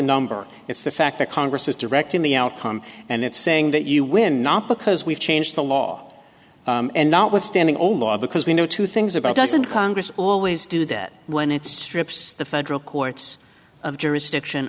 number it's the fact that congress is directing the outcome and it's saying that you win not because we've changed the law and not withstanding all law because we know two things about doesn't congress always do that when it strips the federal courts of jurisdiction